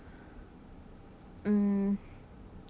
um